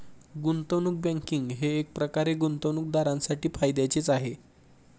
गुंतवणूक बँकिंग हे एकप्रकारे गुंतवणूकदारांसाठी फायद्याचेच आहे